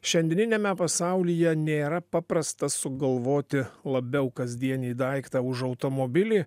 šiandieniniame pasaulyje nėra paprasta sugalvoti labiau kasdienį daiktą už automobilį